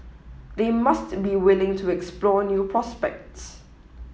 they must be willing to explore new prospects